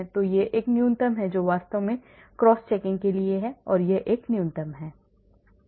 तो यह एक न्यूनतम है जो वास्तव में cross checking के लिए है यह एक न्यूनतम है